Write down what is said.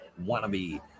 Wannabe